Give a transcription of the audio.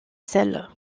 sel